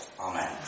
Amen